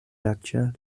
lecture